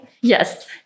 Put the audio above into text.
Yes